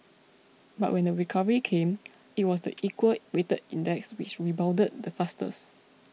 but when the recovery came it was the equal weighted index which rebounded the fastest